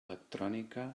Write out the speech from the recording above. electrònica